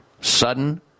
Sudden